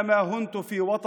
אני במולדתי שלי לא הושפלתי / ואת